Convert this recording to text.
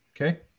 Okay